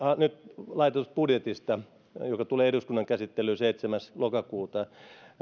nyt laaditusta budjetista joka tulee eduskunnan käsittelyyn seitsemäs lokakuuta